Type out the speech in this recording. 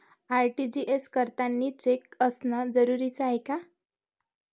RTGS करतांनी cheque असनं जरुरीच हाय का?